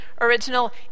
original